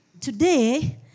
Today